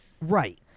Right